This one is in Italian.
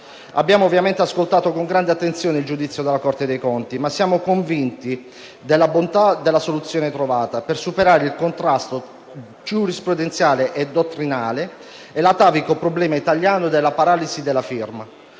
Abbiamo ovviamente ascoltato con grande attenzione il giudizio della Corte dei conti, ma siamo convinti della bontà della soluzione trovata per superare il contrasto giurisprudenziale e dottrinale e l'atavico problema italiano della paralisi della firma;